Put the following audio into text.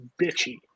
bitchy